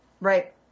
Right